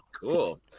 cool